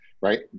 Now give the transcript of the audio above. right